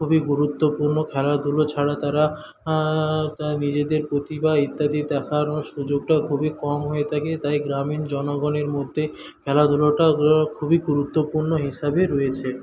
খুবই গুরুত্বপূর্ণ খেলাধুলো ছাড়া তারা নিজেদের প্রতিভা ইত্যাদি দেখানোর সুযোগটা খুবই কম হয়ে থাকে তাই গ্রামীণ জনগণের মধ্যে খেলাধুলোটা খুবই গুরুত্বপূর্ণ হিসাবে রয়েছে